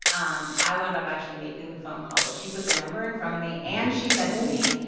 um i wound up actually making the phone call, but she put the number in front of me. and she said to me,